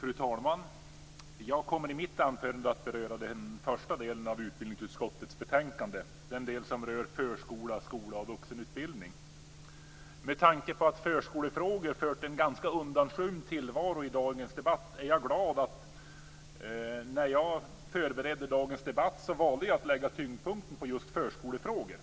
Fru talman! Jag kommer i mitt anförande att beröra den första delen av utbildningsutskottets betänkande, den del som rör förskola, skola och vuxenutbildning. Med tanke på att förskolefrågor fört en ganska undanskymd tillvaro i dagens debatt, är jag glad att jag när jag förberedde dagens debatt valde att lägga tyngdpunkten på förskolefrågor.